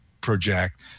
project